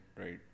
Right